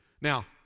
Now